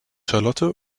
charlotte